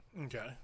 Okay